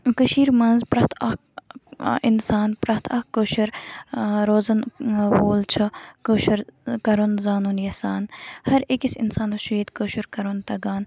کٔشیٖر مَنٛز پرٮ۪تھ اَکھ اِنسان پرٮ۪تھ اَکھ کٲشُر روزَن وول چھُ کٲشُر کَرُن زانُن یَژھان ہَر أکِس اِنسانَس چھُ ییتہِ کٲشُر کَرُن تَگان